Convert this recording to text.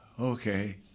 okay